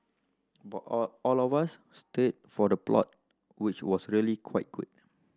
but all all of us stayed for the plot which was really quite good